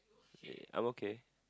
ya I'm okay